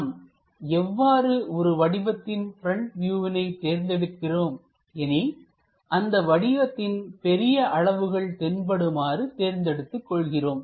நாம் எவ்வாறு ஒரு வடிவத்தின் ப்ரெண்ட் வியூவினை தேர்ந்தெடுக்கிறோம் எனில் அந்தப் வடிவத்தின் பெரிய அளவுகள் தென்படுமாறு தேர்ந்தெடுத்துக் கொள்கிறோம்